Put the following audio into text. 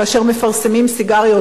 כאשר מפרסמים סיגריות,